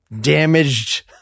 damaged